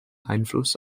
einfluss